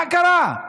מה קרה?